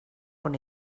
con